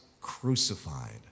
crucified